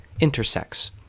intersects